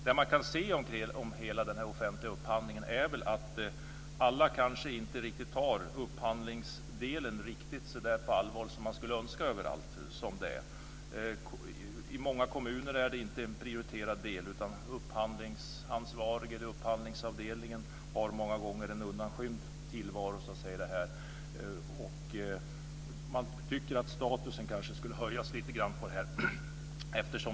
Det man kan säga om den offentliga upphandlingen är att alla kanske inte riktigt tar upphandlingen riktigt på allvar på det sätt som man skulle önska överallt. I många kommuner är upphandling inte en prioriterad del. Upphandlingsansvarige eller upphandlingsavdelningen har många gånger en undanskymd tillvaro. Statusen skulle kanske höjas lite grann på upphandlingen.